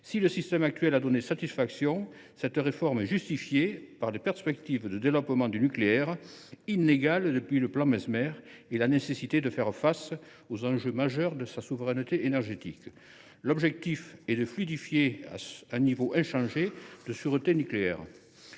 Si le système actuel a donné satisfaction, cette réforme est justifiée par les perspectives de développement du nucléaire, inégalées depuis le plan Messmer, et par la nécessité de faire face aux enjeux majeurs de souveraineté énergétique. Son objectif est de fluidifier les processus à un niveau inchangé de sûreté nucléaire.